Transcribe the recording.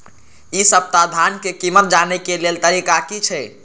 इ सप्ताह धान के कीमत जाने के लेल तरीका की छे?